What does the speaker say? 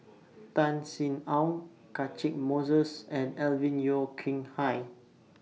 Tan Sin Aun Catchick Moses and Alvin Yeo Khirn Hai